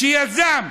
שיזם,